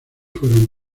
fueron